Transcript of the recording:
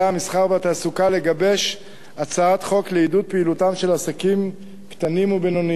המסחר והתעסוקה לגבש הצעת חוק לעידוד פעילותם של עסקים קטנים ובינוניים.